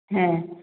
হ্যাঁ